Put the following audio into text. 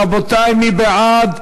רבותי, מי בעד?